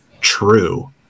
true